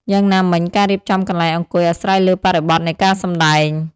យ៉ាងណាមិញ ការរៀបចំកន្លែងអង្គុយអាស្រ័យលើបរិបទនៃការសម្តែង។